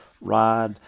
ride